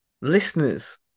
listeners